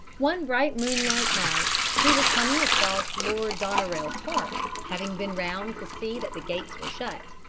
one bright moonlight night, he was coming across lord doneraile's park, having been round to see that the gates were shut,